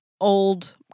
old